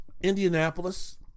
Indianapolis